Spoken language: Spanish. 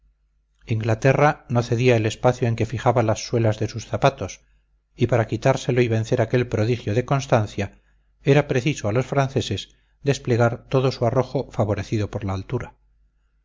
inglaterra no cedía el espacio en que fijaba las suelas de sus zapatos y para quitárselo y vencer aquel prodigio de constancia era preciso a los franceses desplegar todo su arrojo favorecido por la altura